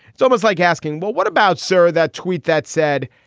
it's almost like asking, well, what about sarah, that tweet that said,